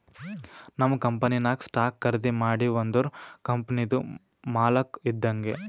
ನಾವ್ ಕಂಪನಿನಾಗ್ ಸ್ಟಾಕ್ ಖರ್ದಿ ಮಾಡಿವ್ ಅಂದುರ್ ಕಂಪನಿದು ಮಾಲಕ್ ಇದ್ದಂಗ್